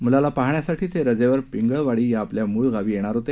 मुलाला पाहण्यासाठी ते रजेवर पिंगळवाडी या आपल्या मुळ गावी येणार होते